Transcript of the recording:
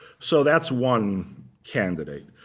so that's one candidate.